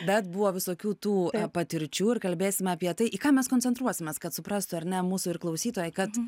bet buvo visokių tų patirčių ir kalbėsime apie tai į ką mes koncentruosimės kad suprastų ar ne mūsų ir klausytojai kad